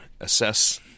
assess